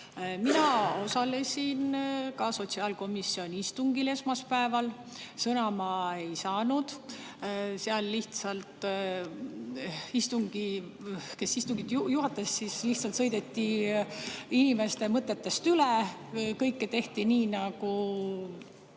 Mina osalesin ka sotsiaalkomisjoni istungil esmaspäeval. Sõna ma ei saanud, lihtsalt see istungi juhatamine – seal lihtsalt sõideti inimeste mõtetest üle. Kõike tehti nii, nagu